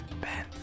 Ben